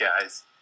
guys